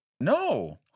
No